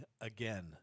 again